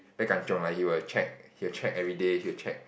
very kanchiong like he will check he will check everyday he will check